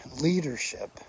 leadership